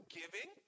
giving